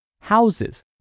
houses